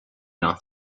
not